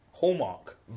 Hallmark